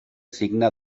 signe